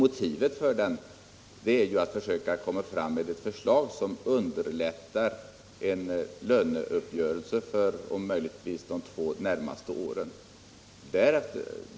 Motivet för omläggningen är ju att försöka komma fram till ett förslag som underlättar en löneuppgörelse, om möjligt för de två närmaste åren.